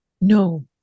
No